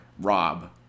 Rob